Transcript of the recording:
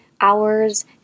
hours